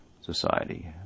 society